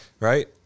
Right